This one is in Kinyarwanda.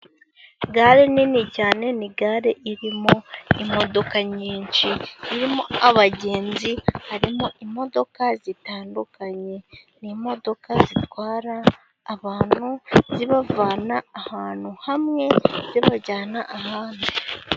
Gare nini cyane ni gare irimo imodoka nyinshi irimo abagenzi harimo imodoka zitandukanye. Ni imodoka zitwara abantu zibavana ahantu hamwe zibajyana ahandi.